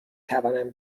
توانم